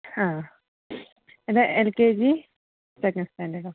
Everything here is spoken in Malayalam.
ആ ഇത് എൽ കെ ജി സെക്കൻ്റ് സ്റ്റാൻ്റേർഡോ